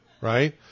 right